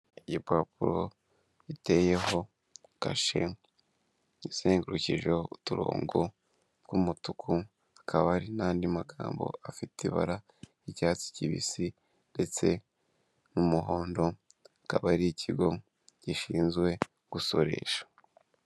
Igipapuro giteyeho kashe, izengurukijeho uturongo tw'umutuku, hakaba hari n'andi magambo afite ibara ry'icyatsi kibisi, ndetse n'umuhondo, akaba ari ikigo gishinzwe gusoresha.